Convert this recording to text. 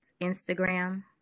Instagram